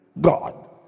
God